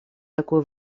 такую